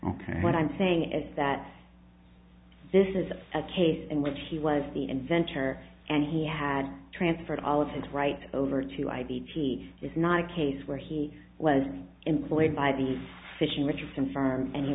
ok what i'm saying is that this is a case in which he was the inventor and he had transferred all of his rights over to i d a g is not a case where he was employed by the fishing richardson firm and he